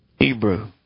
Hebrew